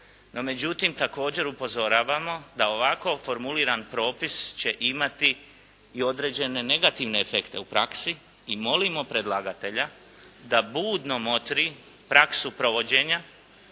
međutim, također upozoravamo da ovako formuliran propis će imati i određene negativne efekte u praksi i molimo predlagatelja da budno motri praksu provođenja